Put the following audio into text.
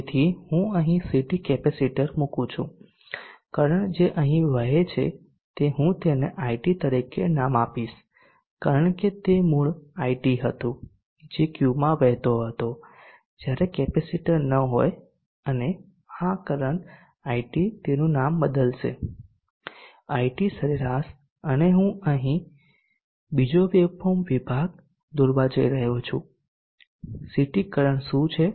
તેથી હું અહીં CT કેપેસિટર મૂકું છું કરંટ જે અહીં વહે છે તે હું તેને IT તરીકે નામ આપીશ કારણ કે તે મૂળ IT હતું જે Qમાં વહેતો હતો જ્યારે કેપેસિટર ન હોય અને આ કરંટ I તેનું નામ બદલશે IT સરેરાશ અને હું અહીં બીજો વેવફોર્મ વિભાગ દોરવા જઇ રહ્યો છું અને CT કરંટ શું છે તે કહીશ